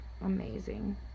amazing